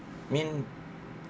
mean